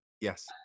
Yes